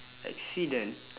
accident